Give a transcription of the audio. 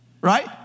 Right